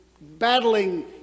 battling